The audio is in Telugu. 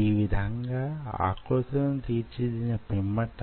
ఈ విధంగా ఆకృతులను తీర్చిదిద్దిన పిమ్మట